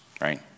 right